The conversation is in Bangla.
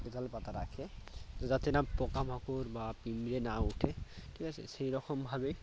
গ্যাঁদাল পাতা রাখে যাতে না পোকামাকড় বা পিঁপড়ে না ওঠে ঠিক আছে সেই রকমভাবে